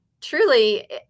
truly